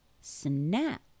Snap